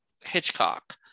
Hitchcock